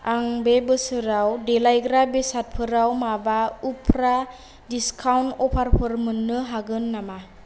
आं बे बोसोराव देलायग्रा बेसादफोराव माबा उफ्रा डिसकाउन्ट अफारफोर मोन्नो हागोन नामा